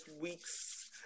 week's